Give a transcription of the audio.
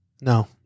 no